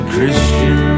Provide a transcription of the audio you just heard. Christian